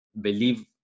believe